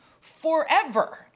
forever